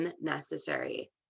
unnecessary